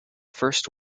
first